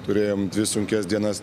turėjom dvi sunkias dienas